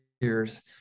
years